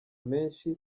menshi